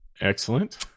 excellent